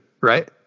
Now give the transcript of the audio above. right